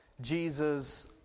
Jesus